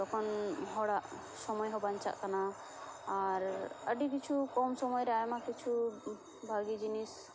ᱛᱚᱠᱷᱚᱱ ᱦᱚᱲᱟᱜ ᱚᱠᱛᱚ ᱦᱚᱸ ᱵᱟᱧᱪᱟᱜ ᱠᱟᱱᱟ ᱟᱨ ᱟᱹᱰᱤ ᱠᱤᱪᱷᱩ ᱠᱚᱢ ᱥᱚᱢ ᱚᱠᱛᱚ ᱨᱮ ᱟᱭᱢᱟ ᱠᱤᱪᱷᱩ ᱵᱷᱟᱹᱜᱤ ᱡᱤᱱᱤᱥ